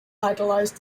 idolized